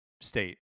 state